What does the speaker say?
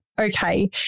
okay